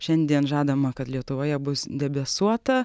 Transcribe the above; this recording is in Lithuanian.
šiandien žadama kad lietuvoje bus debesuota